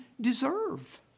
deserve